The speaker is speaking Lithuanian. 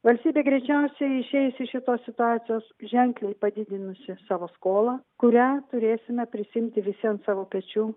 valstybė greičiausiai išeis iš šitos situacijos ženkliai padidinusi savo skolą kurią turėsime prisiimti visi ant savo pečių